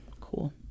Cool